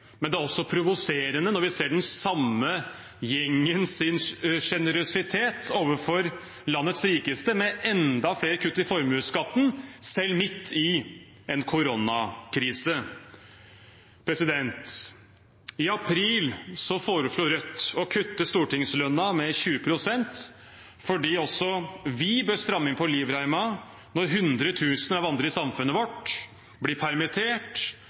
men det er også provoserende når vi ser den samme gjengens generøsitet overfor landets rikeste, med enda flere kutt i formuesskatten, selv midt i en koronakrise. I april foreslo Rødt å kutte stortingslønnen med 20 pst. fordi også vi bør stramme inn på livreimen når hundretusener av andre i samfunnet vårt blir permittert,